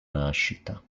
nascita